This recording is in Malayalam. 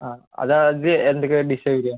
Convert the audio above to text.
ആ അത് അത് എന്തൊക്കെ ഡിഷ് ആണ് വരുക